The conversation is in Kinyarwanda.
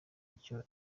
icyo